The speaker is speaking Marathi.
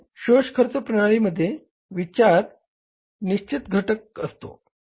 कारण शोष खर्चामध्ये निश्चित खर्चाचा घटक असतो